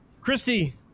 christy